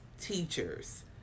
teachers